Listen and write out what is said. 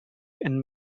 and